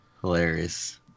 hilarious